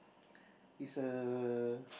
uh